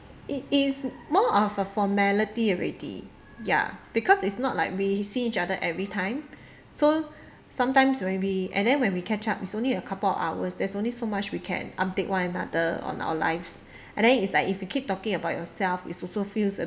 it is more of a formality already ya because it's not like we see each other every time so sometimes when we and then when we catch up it's only a couple of hours there's only so much we can update one another on our lives and then it's like if you keep talking about yourself is also feels